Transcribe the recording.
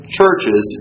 churches